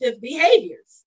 behaviors